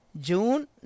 June